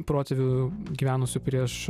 protėvių gyvenusių prieš